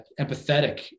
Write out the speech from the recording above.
empathetic